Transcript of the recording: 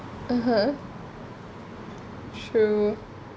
(uh huh) true